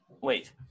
Wait